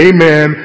Amen